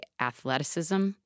athleticism